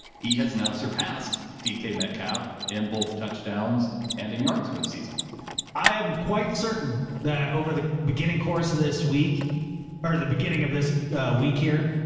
he has now surpassed dk metcalf in both touchdowns and in yards for the season. adam i am quite certain that over the beginning course of this week or the beginning of this yeah week here,